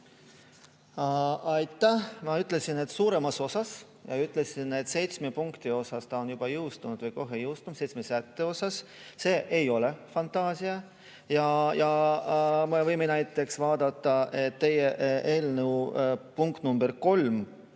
Aitäh! Ma ütlesin, et suuremas osas. Ja ütlesin, et seitsme punkti osas ta on juba jõustunud või kohe jõustub seitsme sätte osas. See ei ole fantaasia. Ja me võime näiteks vaadata, et teie eelnõu punkt 3